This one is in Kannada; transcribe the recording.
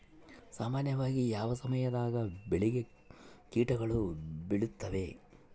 ಸಾಮಾನ್ಯವಾಗಿ ಯಾವ ಸಮಯದಾಗ ಬೆಳೆಗೆ ಕೇಟಗಳು ಬೇಳುತ್ತವೆ?